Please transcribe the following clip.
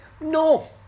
No